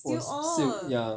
was sealed ya